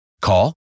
Call